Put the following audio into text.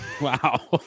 Wow